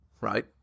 Right